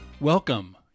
Welcome